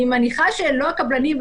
אני מניחה שלא הקבלנים,